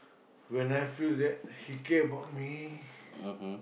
when I feel that he care about me